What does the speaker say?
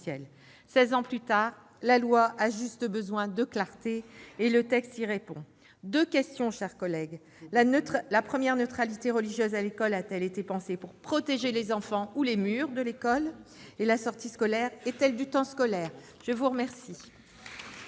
ans plus tard, la loi a juste besoin de clarté, et ce texte en apporte. Deux questions, mes chers collègues : la neutralité religieuse à l'école a-t-elle été pensée pour protéger les enfants ou les murs de l'établissement ? La sortie scolaire est-elle du temps scolaire ? La parole